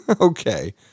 okay